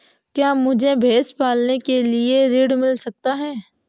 क्या मुझे भैंस पालने के लिए ऋण मिल सकता है?